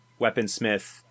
Weaponsmith